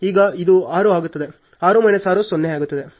ಈಗ ಇದು 6 ಆಗುತ್ತದೆ 6 ಮೈನಸ್ 6 0 ಆಗಿದೆ